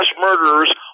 murderers